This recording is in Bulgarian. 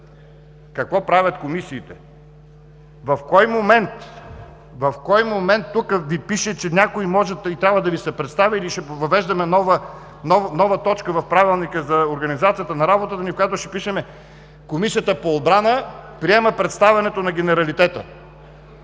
какво правят комисиите? В кой момент тук Ви пише, че някой може и трябва да Ви се представи? Или ще въвеждаме нова точка в Правилника за организацията на работата си, в която ще пишем: „Комисията по отбрана приема представянето на генералитета“.